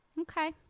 okay